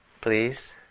Please